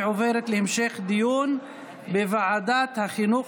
ועוברת להמשך דיון בוועדת החינוך,